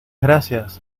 gracias